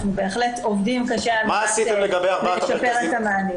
אנחנו בהחלט עובדים קשה על מנת לשפר את המענים.